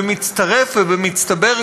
במצטרף ובמצטבר,